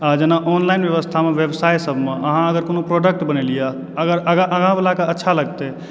आ जेना ऑनलाइन व्यवस्थामऽ व्यवसाय सभमे अहाँ अगर कोनो प्रोडक्ट बनेलीए हँ अगर अगर आगाँबलाकऽ अच्छा लगते